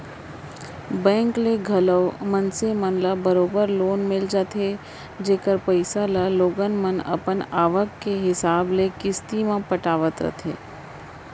bank ले घलौ मनसे मन ल बरोबर लोन मिल जाथे जेकर पइसा ल लोगन मन अपन आवक के हिसाब ले किस्ती म पटावत रथें